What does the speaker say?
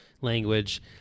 language